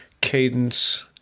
cadence